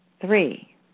three